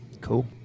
Cool